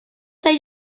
say